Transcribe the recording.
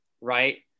right